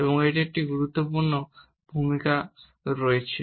এবং এটি একটি গুরুত্বপূর্ণ ভূমিকা রয়েছে